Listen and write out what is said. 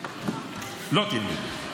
לא תלמדו.